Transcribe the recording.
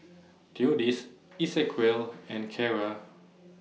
Theodis Esequiel and Carra